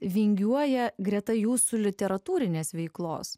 vingiuoja greta jūsų literatūrinės veiklos